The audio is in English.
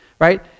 right